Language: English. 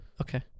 Okay